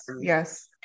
Yes